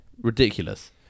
ridiculous